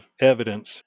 evidence